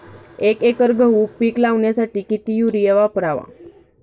एक एकर गहू पीक लावण्यासाठी किती युरिया वापरावा?